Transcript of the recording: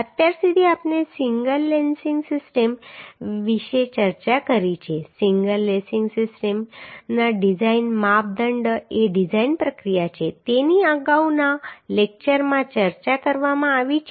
અત્યાર સુધી આપણે સિંગલ લેસિંગ સિસ્ટમ વિશે ચર્ચા કરી છે સિંગલ લેસિંગ સિસ્ટમના ડિઝાઇન માપદંડ એ ડિઝાઇન પ્રક્રિયા છે તેની અગાઉના લેક્ચરમાં ચર્ચા કરવામાં આવી છે